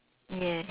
yes